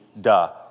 duh